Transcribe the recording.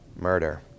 murder